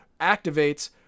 activates